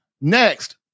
next